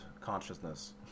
consciousness